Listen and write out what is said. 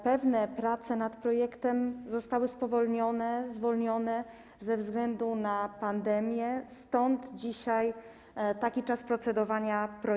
Pewne prace nad projektem zostały spowolnione ze względu na pandemię, stąd dzisiaj taki czas procedowania nad nim.